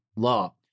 law